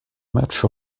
match